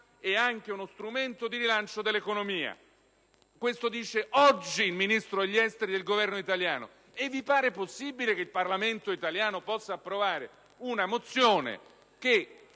e anche uno strumento di rilancio dell'economia. Questo dice oggi il Ministro degli esteri del Governo italiano. Vi pare possibile che il Parlamento italiano possa approvare una mozione che